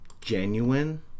genuine